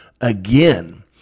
again